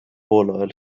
poolajal